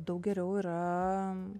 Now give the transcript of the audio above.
daug geriau yra